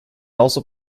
also